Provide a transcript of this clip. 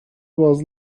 was